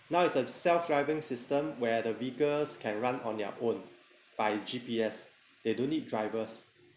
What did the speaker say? now it's a self driving system where the vehicles can run on their own by G_P_S they don't need drivers